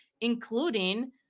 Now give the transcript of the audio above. including –